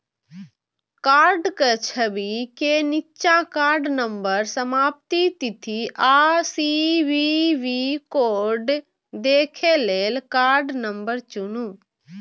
कार्डक छवि के निच्चा कार्ड नंबर, समाप्ति तिथि आ सी.वी.वी कोड देखै लेल कार्ड नंबर चुनू